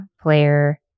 player